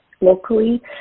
locally